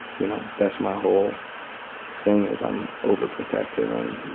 you know, that's my whole thing is i'm overprotective. and